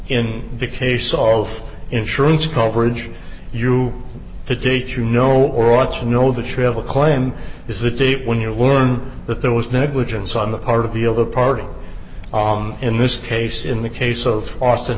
in the case of insurance coverage you to date you know or ought to know the travel claim is the date when you learn that there was negligence on the part of the of a party on in this case in the case of austin